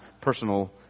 personal